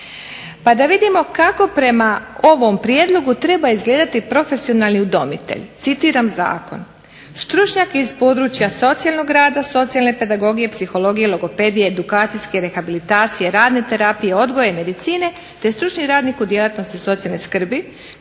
Pa da vidimo kako prema ovom prijedlogu treba izgledati profesionalni udomitelj. Citiram zakon: "Stručnjak iz područja socijalnog rada, socijalne pedagogije, logopedije, psihologije, edukacijske, rehabilitacije, radne terapije, odgojne medicine te stručni radnik u djelatnosti socijalne skrbi